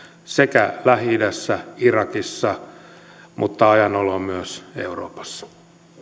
sekä lähi idässä ja irakissa että ajan oloon myös euroopassa